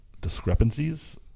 discrepancies